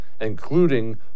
including